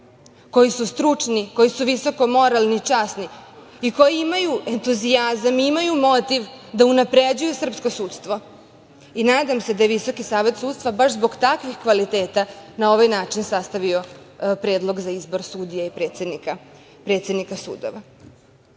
koji su stručni, koji su visoko moralni, časni i koji imaju entuzijazam, imaju motiv da unapređuju srpsku sudstvo. Nadam se je VSS baš zbog takvih kvaliteta na ovaj način sastavio Predlog za izbor sudija i predsednika sudova.S